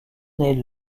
naît